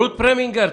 אשמח לקבל הצעות,